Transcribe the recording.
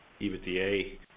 EBITDA